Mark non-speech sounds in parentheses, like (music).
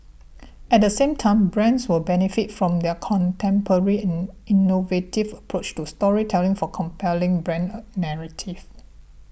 at the same time brands will benefit from their contemporary and innovative approach to storytelling for compelling brand (hesitation) narrative